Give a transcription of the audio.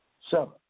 Seven